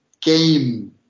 game